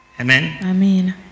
Amen